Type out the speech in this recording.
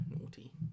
naughty